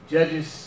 Judges